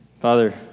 Father